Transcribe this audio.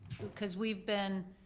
cause we've been